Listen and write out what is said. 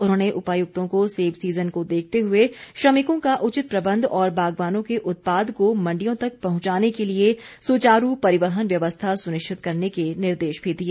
उन्होंने उपायुक्तों को सेब सीजन को देखते हुए श्रमिकों का उचित प्रबंध और बागवानों के उत्पाद को मंडियों तक पहुंचाने के लिए सुचारू परिवहन व्यवस्था सुनिश्चित करने के निर्देश भी दिए